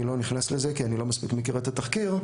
אני לא נכנס לזה כי אני לא מכיר את התחקיר מספיק.